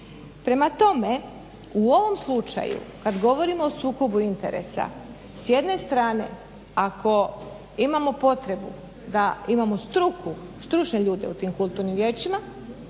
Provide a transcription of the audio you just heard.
Prema tome u ovom slučaju kada govorimo o sukobu interesa s jedne strane ako imamo potrebu da imamo struku, stručne ljude u tim kulturnim vijećima,